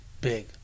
big